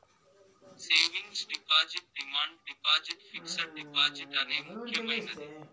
savings deposit demand deposit fixed deposit అనే ముక్యమైనది